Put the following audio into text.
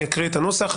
אני אקרא את הנוסח.